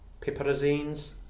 piperazines